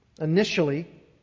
initially